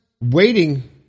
waiting